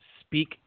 Speak